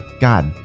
God